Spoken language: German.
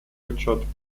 richard